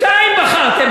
שתיים בחרתם.